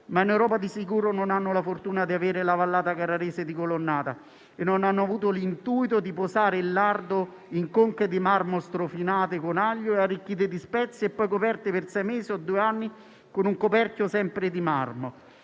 In Europa però di sicuro non hanno la fortuna di avere la vallata carrarese di Colonnata e non hanno avuto l'intuito di posare il lardo in conche di marmo strofinate con aglio e arricchite di spezie e poi coperte per sei mesi o due anni con un coperchio sempre di marmo.